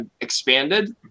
expanded